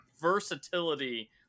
versatility